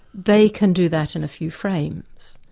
they can do that in a few frames.